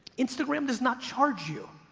instagram does not charge you,